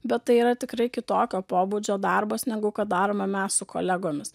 bet tai yra tikrai kitokio pobūdžio darbas negu kad darome mes su kolegomis